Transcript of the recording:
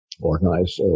organize